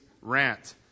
rant